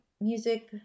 music